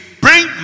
bring